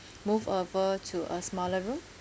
move over to a smaller room